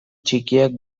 txikiak